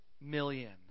million